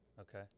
Okay